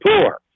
poor